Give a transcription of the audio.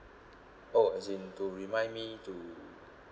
oh as in to remind me to